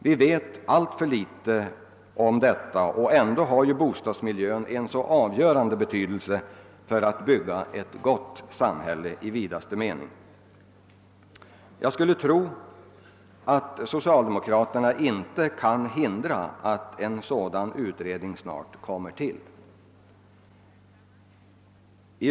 Vi vet alltför litet om detta, och ändå har ju bostadsmiljön en så avgörande betydelse när det gäller att bygga ett gott samhälle i vidaste mening. Jag skulle tro att socialdemokraterna inte kan hindra att en sådan utredning snart kommer till stånd.